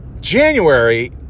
January